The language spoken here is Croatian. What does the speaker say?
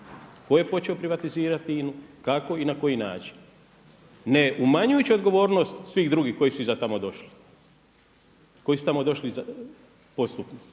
tko je počeo privatizirati INA-u, kako i na koji način, ne umanjujući odgovornost svih drugih koji su iza tamo došli, koji su tamo došli postupno